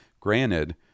Granted